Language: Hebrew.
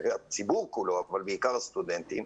הציבור כולו אבל בעיקר הסטודנטים.